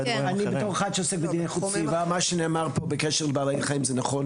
כאחד שעוסק בדיני איכות סביבה מה שנאמר בקשר לבעלי חיים זה נכון,